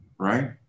right